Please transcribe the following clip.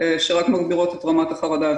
שרק מגבירות את רמת החרדה.